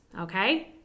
okay